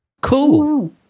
Cool